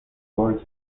gold